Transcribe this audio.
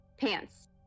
pants